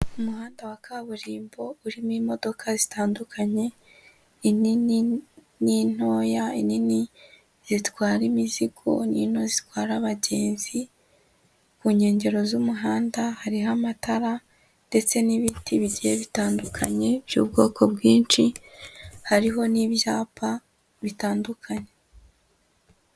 Umuhanda wa kaburimbo urimo imodoka zitandukanye, inini n'intoya inini zitwara imizigo n'into zitwara abagenzi, ku nkengero z'umuhanda hariho amatara ndetse n'ibiti bibiri bitandukanye by'ubwoko bwinshi, hariho n'ibyapa bitandukanye.